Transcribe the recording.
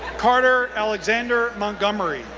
carter alexander montgomery,